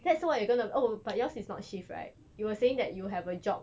that's what you're gonna oh but yours is not shift right you were saying that you have a job